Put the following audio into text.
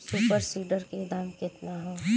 Super seeder के दाम केतना ह?